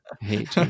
hate